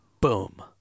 Boom